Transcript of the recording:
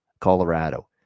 Colorado